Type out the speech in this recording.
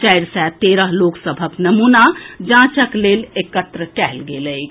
चारि सय तेरह लोक सभक नमूना जांचक लेल एकत्र कएल गेल अछि